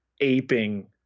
aping